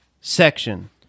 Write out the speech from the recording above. section